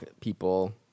people